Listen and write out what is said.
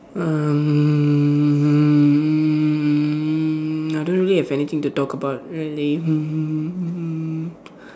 um I don't really have anything to talk about really mm